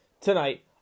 tonight